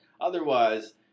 Otherwise